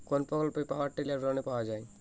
কোন প্রকল্পে power tiller লোনে পাওয়া য়ায়?